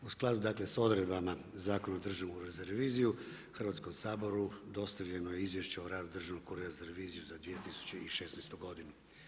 U skladu dakle s odredbama Zakona za Državnu reviziju, Hrvatskom saboru dostavljeno je Izvješće o radu Državnog ureda za reviziju za 2016. godinu.